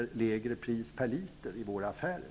lägre pris per liter i våra affärer?